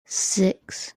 six